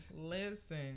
Listen